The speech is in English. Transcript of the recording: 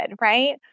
right